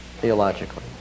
theologically